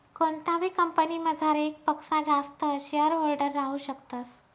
कोणताबी कंपनीमझार येकपक्सा जास्त शेअरहोल्डर राहू शकतस